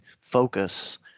focus